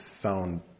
sound